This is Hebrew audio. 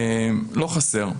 לא חסר.